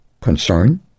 concern